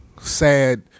sad